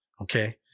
Okay